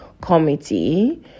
committee